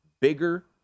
bigger